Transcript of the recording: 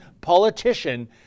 politician